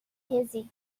hazy